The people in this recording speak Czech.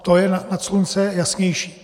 To je nad slunce jasnější.